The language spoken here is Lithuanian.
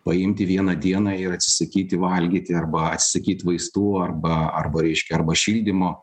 paimti vieną dieną ir atsisakyti valgyti arba atsisakyt vaistų arba arba reiškia arba šildymo